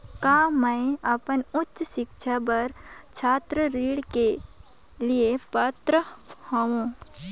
का मैं अपन उच्च शिक्षा बर छात्र ऋण के लिए पात्र हंव?